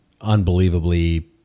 unbelievably